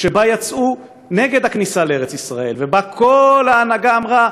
שבה יצאו נגד הכניסה לארץ-ישראל, וכל ההנהגה אמרה: